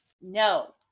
No